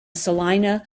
salina